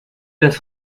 das